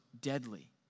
deadly